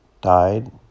died